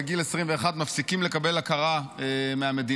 בגיל 21 מפסיקים לקבל הכרה מהמדינה,